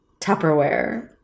Tupperware